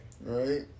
right